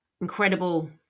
incredible